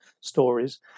stories